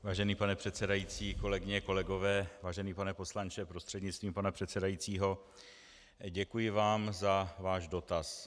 Vážený pane předsedající, kolegyně, kolegové, vážený pane poslanče prostřednictvím pana předsedajícího, děkuji vám za váš dotaz.